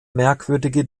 merkwürdige